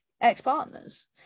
ex-partners